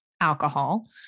alcohol